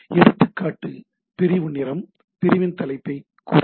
எடுத்துக்காட்டு பிரிவு நிறம் பிரிவின் தலைப்பைக் கூறுங்கள்